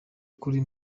kuri